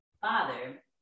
father